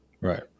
Right